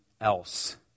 else